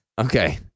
Okay